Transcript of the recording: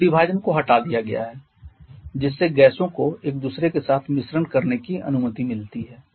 अब विभाजन को हटा दिया गया है जिससे गैसों को एक दूसरे के साथ मिश्रण करने की अनुमति मिलती है